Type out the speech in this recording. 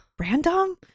random